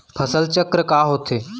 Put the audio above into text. फसल चक्र का होथे?